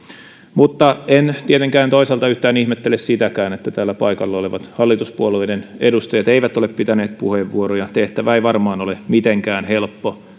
mutta en tietenkään toisaalta yhtään ihmettele sitäkään että täällä paikalla olevat hallituspuolueiden edustajat eivät ole pitäneet puheenvuoroja tehtävä ei varmaan ole mitenkään helppo